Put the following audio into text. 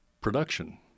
production